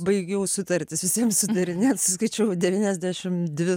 baigiau sutartis visiems sudarinėt suskaičiavau devyniasdešim dvi